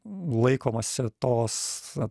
laikomasi tos